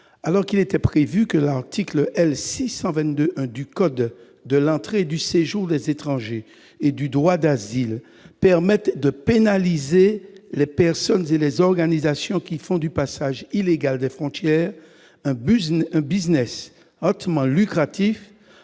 Alors qu'il était prévu que l'article L. 622-1 du code de l'entrée et du séjour des étrangers et du droit d'asile permette de pénaliser les personnes et les organisations qui font du passage illégal des frontières un hautement lucratif,